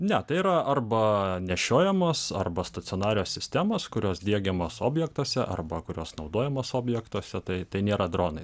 ne tai yra arba nešiojamos arba stacionarios sistemos kurios diegiamos objektuose arba kurios naudojamos objektuose tai tai nėra dronai